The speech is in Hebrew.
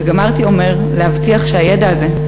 וגמרתי אומר להבטיח שהידע הזה,